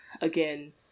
again